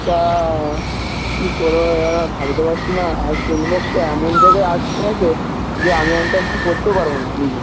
তা কী করবো এবার আর ভাবতে পারছি না আর টিন বক্সটা এমন জায়গায় আটকে গেছে যে আমি অন্তত কিছু আর করতেই পারবো না নিজে